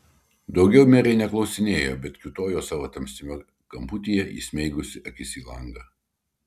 daugiau merė neklausinėjo bet kiūtojo savo tamsiame kamputyje įsmeigusi akis į langą